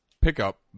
pickup